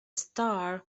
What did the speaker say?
star